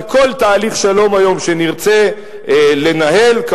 וכל תהליך שלום שנרצה לנהל היום,